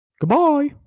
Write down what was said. Goodbye